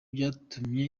byatumye